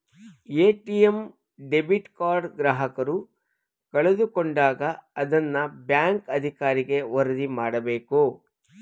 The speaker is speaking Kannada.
ಎ.ಟಿ.ಎಂ ಡೆಬಿಟ್ ಕಾರ್ಡ್ ಗ್ರಾಹಕರು ಕಳೆದುಕೊಂಡಾಗ ಅದನ್ನ ಬ್ಯಾಂಕ್ ಅಧಿಕಾರಿಗೆ ವರದಿ ಮಾಡಬೇಕು